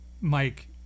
Mike